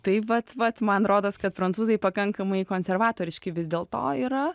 tai vat vat man rodos kad prancūzai pakankamai konservatoriški vis dėl to yra